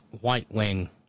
white-wing